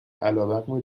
علیرغم